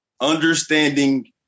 Understanding